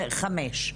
חמש.